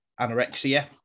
anorexia